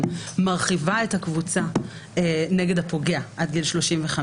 מרחיבה את הקבוצה נגד הפוגע עד גיל 35,